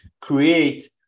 create